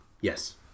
Yes